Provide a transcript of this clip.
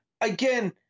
again